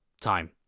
time